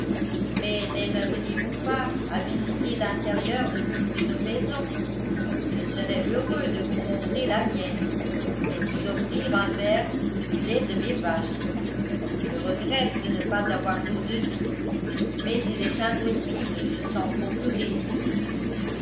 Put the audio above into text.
naimeriez vous pas à visiter l'intérieur de l'une de nos maisons je serais heureux de vous montrer la mienne et de vous offrir un verre du lait de mes vaches je regrette de ne pas avoir d'eau-de-vie mais il est impossible de s'en procurer ici